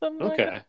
Okay